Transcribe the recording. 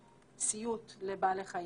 וסיוט לבעלי חיים.